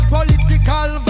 Political